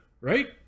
right